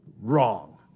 wrong